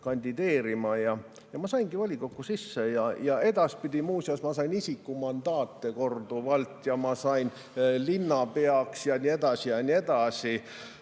kandideerima ja ma saingi volikokku sisse. Ja edaspidi, muuseas, ma sain isikumandaate korduvalt, ma sain linnapeaks ja nii edasi, Riigikokku,